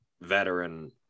veteran